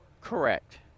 Correct